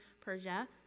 Persia